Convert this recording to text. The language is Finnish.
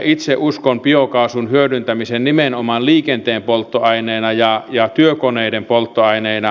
itse uskon biokaasun hyödyntämiseen nimenomaan liikenteen polttoaineena ja työkoneiden polttoaineina